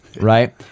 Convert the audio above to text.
right